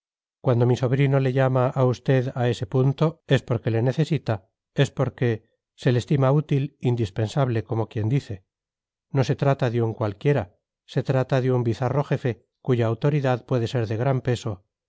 cuando mi sobrino le llama a usted a ese punto es porque se le necesita es porque se le estima útil indispensable como quien dice no se trata de un cualquiera se trata de un bizarro jefe cuya autoridad puede ser de gran peso